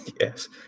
Yes